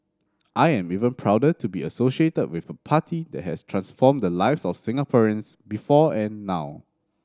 I am even prouder to be associated with a party that has transformed the lives of Singaporeans before and now